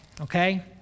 okay